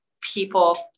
people